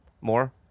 more